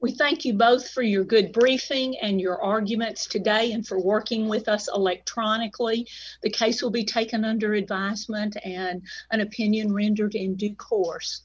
we thank you both for your good briefing and your arguments today and for working with us electronically the case will be taken under advisement and opinion